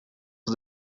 for